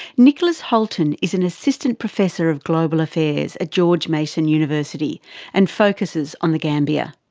niklas hultin is an assistant professor of global affairs at george mason university and focuses on the gambia.